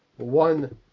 one